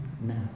now